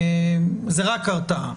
זו רק הרתעה.